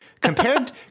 compared